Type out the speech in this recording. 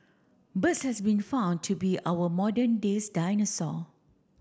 birds has been found to be our modern days dinosaur